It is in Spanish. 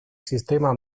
sistema